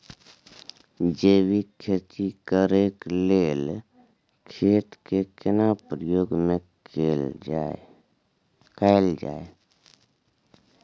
जैविक खेती करेक लैल खेत के केना प्रयोग में कैल जाय?